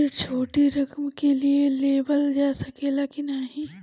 ऋण छोटी रकम के लिए लेवल जा सकेला की नाहीं?